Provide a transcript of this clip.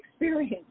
experience